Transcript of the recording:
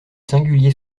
singuliers